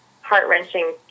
heart-wrenching